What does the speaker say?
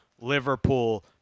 Liverpool